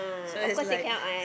so is like